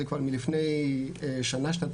זה כבר מלפני שנה-שנתיים,